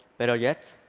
better yet,